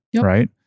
right